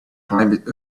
climbed